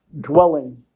dwelling